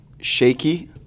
shaky